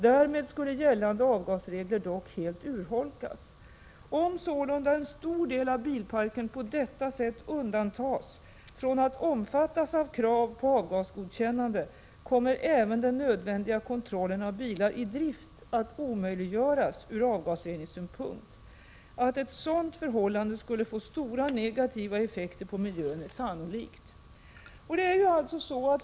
Därmed skulle gällande avgasregler dock helt urholkas. Om sålunda en stor del av bilparken på detta sätt undantas från att omfattas av krav på avgasgodkännande kommer även den nödvändiga kontrollen av bilar i drift att omöjliggöras ur avgasreningssynpunkt. Att ett sådant förhållande skulle få stora negativa effekter på miljön är sannolikt.